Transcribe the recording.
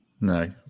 No